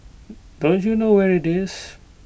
don't you know where IT is